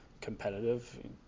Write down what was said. competitive